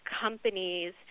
companies